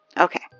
Okay